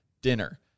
dinner